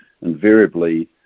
invariably